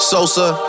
Sosa